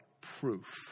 proof